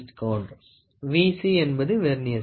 C என்பது Vernier Scale